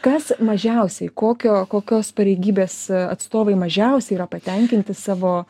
kas mažiausiai kokio kokios pareigybės atstovai mažiausiai yra patenkinti savo